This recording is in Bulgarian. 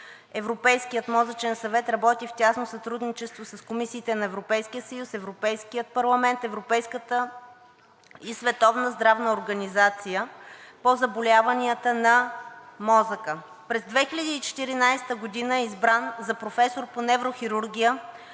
Европейският мозъчен съвет работи в тясно сътрудничество с комисиите на Европейския съюз, Европейския парламент, Европейската и Световната здравна организация по заболяванията на мозъка. През 2014 г. е избран за професор по неврохирургия